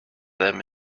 them